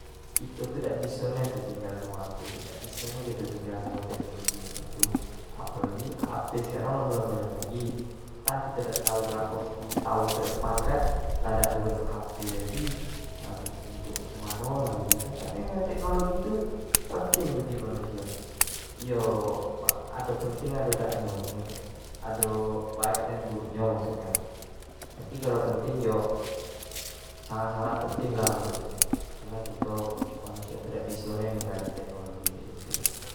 Kito tu dak biso nian tinggal dari hp tu dak biso nian tinggal samo teknologi macam tu apo lagi hp sekarang lah mulai mulai canggih entah kito dak tau berapo puluh tahun kedepan lagi lah dak bebentuk hp lagi, lah bentuk bentuk cam mano yo kan, tapi dengan teknologi tu penting bagi manusio, yo ado penting ado dak nyo, ado baek dan buruk nyo maksud nyo tapi kalau penting yo sangat sangat penting lah menurut sayo kareno kito manusio tu dak biso nianninggalin teknologi kayak gitu dak.